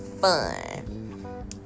fun